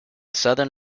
southern